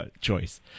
choice